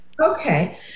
Okay